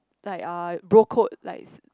like uh bro code like